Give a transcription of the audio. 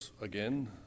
Again